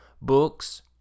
Books